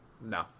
No